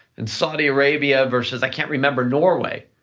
and saudi arabia versus, i can't remember, norway,